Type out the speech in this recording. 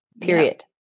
period